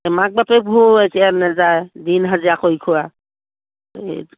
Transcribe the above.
মাক বাপেকবোৰ এতিয়া নেযায় দিন হাজিৰা কৰি খোৱা এই